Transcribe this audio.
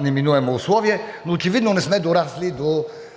неминуемо условие, но очевидно не сме дорасли до